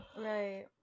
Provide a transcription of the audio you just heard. Right